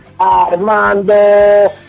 Armando